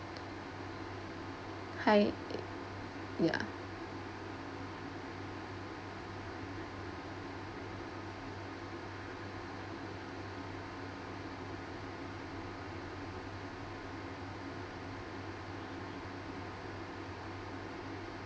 hi ya